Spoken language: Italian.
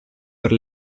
per